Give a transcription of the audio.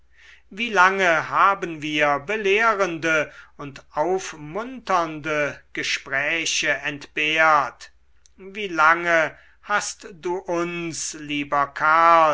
wie lange haben wir belehrende und aufmunternde gespräche entbehrt wie lange hast du uns lieber karl